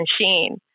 machine